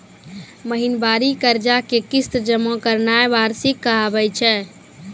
महिनबारी कर्जा के किस्त जमा करनाय वार्षिकी कहाबै छै